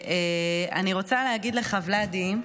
אני רוצה להגיד לך ולדי,